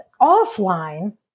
offline